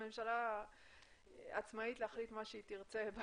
הממשלה עצמאית להחליט מה שתרצה.